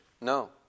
No